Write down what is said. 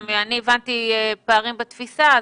ואני הבנתי פערים בתפיסה,